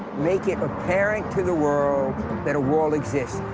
make it apparent to the world that a wall exists.